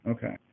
Okay